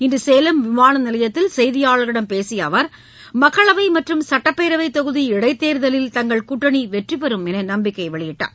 இன்று சேலம் விமான நிலையத்தில் செய்தியாளர்களிடம் பேசிய அவர் மக்களவை மற்றும் சுட்டப்பேரவை தொகுதி இடைத் தேர்தலில் தங்கள் கூட்டணி வெற்றி பெறும் என்று நம்பிக்கை தெரிவித்தார்